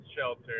shelter